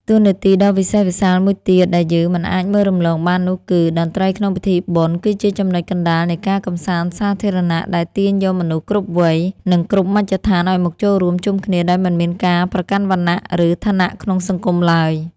តួនាទីដ៏វិសេសវិសាលមួយទៀតដែលយើងមិនអាចមើលរំលងបាននោះគឺ តន្ត្រីក្នុងពិធីបុណ្យគឺជាចំណុចកណ្តាលនៃការកម្សាន្តសាធារណៈដែលទាញយកមនុស្សគ្រប់វ័យ និងគ្រប់មជ្ឈដ្ឋានឱ្យមកចូលរួមជុំគ្នាដោយមិនមានការប្រកាន់វណ្ណៈ ឬឋានៈក្នុងសង្គមឡើយ។